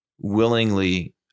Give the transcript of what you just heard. willingly